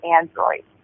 Android